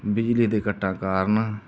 ਬਿਜਲੀ ਦੇ ਕੱਟਾਂ ਕਾਰਨ